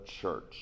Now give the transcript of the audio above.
church